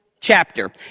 chapter